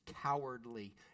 cowardly